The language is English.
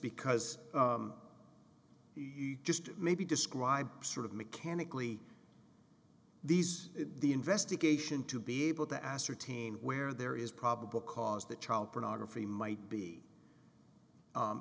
because just maybe describe sort of mechanically these the investigation to be able to ascertain where there is probable cause that child pornography might be